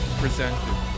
presented